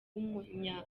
w’umunya